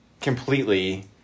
completely